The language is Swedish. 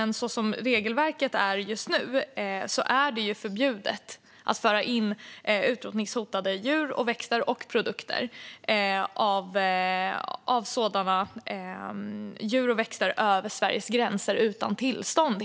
Som regelverket ser ut just nu är det dock förbjudet att föra utrotningshotade djur och växter samt produkter av sådana djur och växter över Sveriges gräns utan tillstånd.